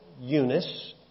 Eunice